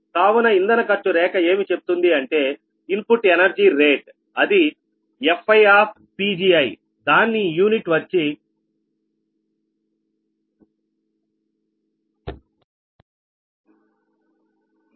కావున ఇంధన ఖర్చు రేఖ ఏమి చెప్తుంది అంటే ఇన్పుట్ ఎనర్జీ రేట్ అది Fi దాన్ని యూనిట్ వచ్చి MKcalhr